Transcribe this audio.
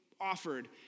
offered